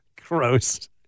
Gross